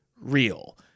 real